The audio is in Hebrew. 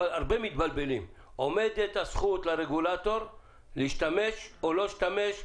אבל הרבה מתבלבלים עומדת הזכות לרגולטור להשתמש או לא להשתמש,